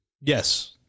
Yes